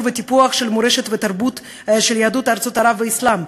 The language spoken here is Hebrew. וטיפוח של מורשת ותרבות של יהדות ארצות ערב והאסלאם.